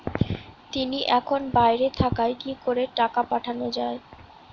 তিনি এখন বাইরে থাকায় কি করে টাকা পাঠানো য়ায়?